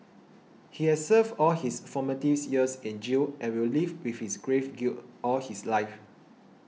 he has served all his formative years in jail and will live with this grave guilt all his life